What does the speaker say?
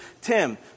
Tim